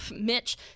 Mitch